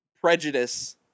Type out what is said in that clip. prejudice